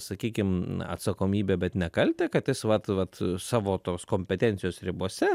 sakykim atsakomybę bet ne kaltę kad vat vat savo tos kompetencijos ribose